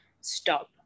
stop